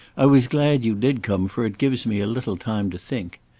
i was glad you did come, for it gives me a little time to think.